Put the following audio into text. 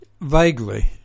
Vaguely